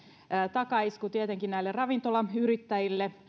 takaisku tietenkin ravintolayrittäjille